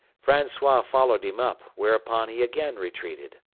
francois followed him up, whereupon he again retreated.